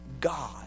God